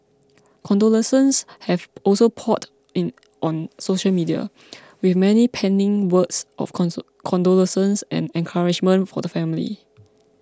condolences have also poured in on social media with many penning words of condolences and encouragement for the family